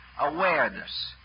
awareness